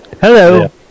Hello